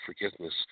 forgiveness